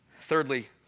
Thirdly